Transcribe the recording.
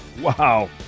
Wow